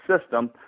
system